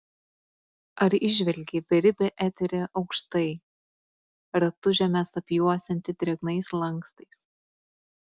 ar įžvelgi beribį eterį aukštai ratu žemes apjuosiantį drėgnais lankstais